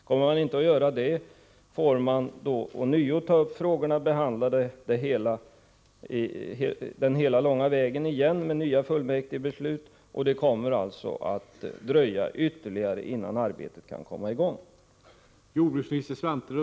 Kommer man inte att göra det, får man ånyo ta upp frågan och behandla frågan hela den långa vägen igen, med nya fullmäktigebeslut, och då kommer det att dröja ytterligare innan arbetet kan komma i gång.